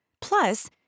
Plus